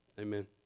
Amen